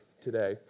today